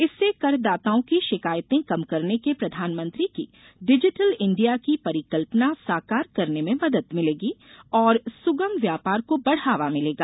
इससे कर दाताओं की शिकायतें कम करने के प्रधानमंत्री की डिजिटल इंडिया की परिकल्पना साकार करने में मदद मिलेगी और सुगम व्यापार को बढ़ावा मिलेगा